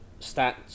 stats